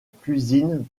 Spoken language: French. cuisine